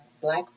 Black